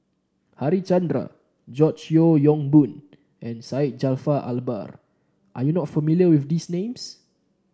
Harichandra George Yeo Yong Boon and Syed Jaafar Albar are you not familiar with these names